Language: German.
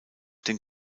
den